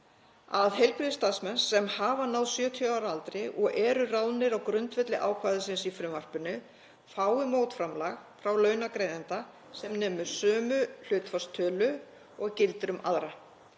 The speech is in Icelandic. að heilbrigðisstarfsmenn sem hafa náð 70 ára aldri og eru ráðnir á grundvelli ákvæðisins í frumvarpinu fái mótframlag frá launagreiðanda sem nemur sömu hlutfallstölu og gildir um aðra.